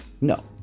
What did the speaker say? No